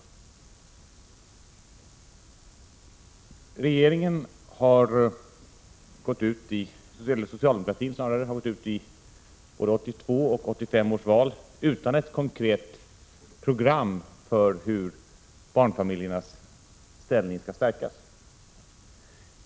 Socialdemokraterna har gått ut i både 1982 och 1985 års val utan ett konkret program för hur barnfamiljernas ställning skall stärkas.